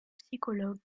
psychologue